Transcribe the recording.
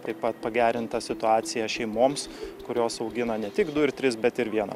taip pat pagerinta situacija šeimoms kurios augina ne tik du ir tris bet ir vieną